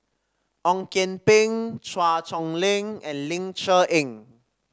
Ong Kian Peng Chua Chong Long and Ling Cher Eng